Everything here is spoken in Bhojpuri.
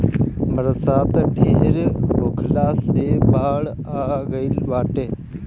बरसात ढेर होखला से बाढ़ आ गइल बाटे